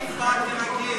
אני הצבעתי רגיל.